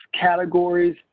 categories